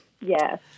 yes